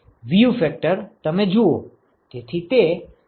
view factor તમે જુઓ